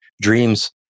dreams